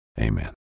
Amen